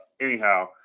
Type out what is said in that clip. anyhow